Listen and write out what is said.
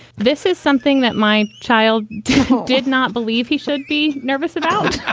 this is something that my child did not believe he should be nervous about.